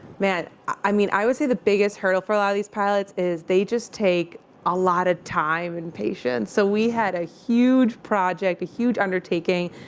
man, i mean, i would say the biggest hurdle for a lot of these pilots is they just take a lot of time and patience. so we had a huge project, a huge undertaking.